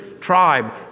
tribe